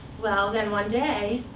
well, then one day,